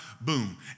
Boom